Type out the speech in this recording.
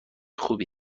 خوبی